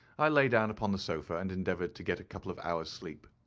i lay down upon the sofa and endeavoured to get a couple of hours' sleep.